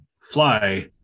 fly